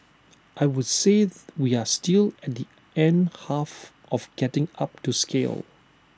I would say we are still at the end half of getting up to scale